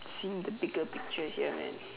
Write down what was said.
seeing the bigger picture here man